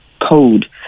code